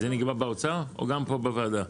זה נקבע באוצר או גם פה בוועדה?